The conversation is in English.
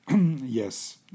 yes